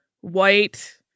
white